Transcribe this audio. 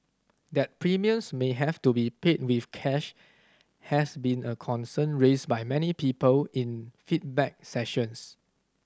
that premiums may have to be paid with cash has been a concern raised by many people in feedback sessions